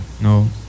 no